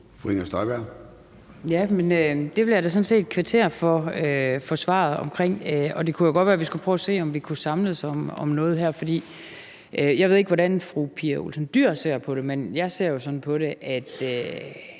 da sådan set kvittere for svaret på, og det kunne jo godt være, at vi skulle prøve at se, om vi kunne samles om noget her. For jeg ved ikke, hvordan fru Pia Olsen Dyhr ser på det, men jeg ser jo sådan på det, at